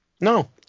No